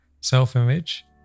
self-image